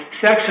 sex